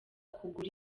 kugura